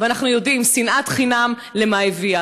מהגגות והם באו לבקש הגנה במדינת ישראל.